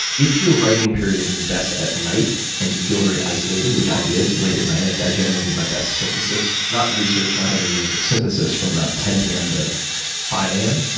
if your writing period is best at night and you feel very isolated, which i did late at night i generally did my best synthesis not research, not interviewing but synthesis from about ten p m. to five a m.